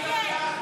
נתקבל.